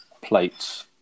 plates